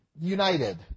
united